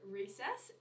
recess